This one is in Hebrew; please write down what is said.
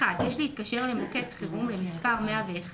יש להתקשר למוקד חירום למספר 101,